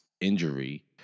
injury